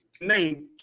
name